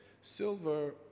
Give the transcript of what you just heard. Silver